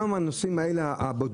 גם את הנוסעים המזדמנים.